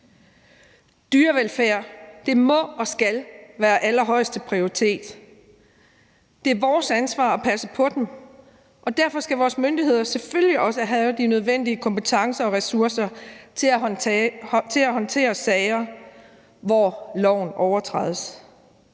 Dyrevelfærd må og skal være allerhøjeste prioritet. Det er vores ansvar at passe på dem, og derfor skal vores myndigheder selvfølgelig også have de nødvendige kompetencer og ressourcer til at håndtere sager, hvor loven overtrædes.